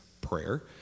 prayer